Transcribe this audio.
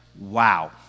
wow